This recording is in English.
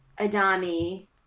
Adami